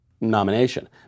nomination